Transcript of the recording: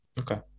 Okay